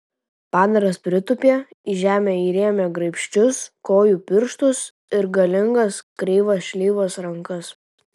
padaras pritūpė į žemę įrėmė graibščius kojų pirštus ir galingas kreivas šleivas rankas